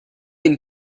been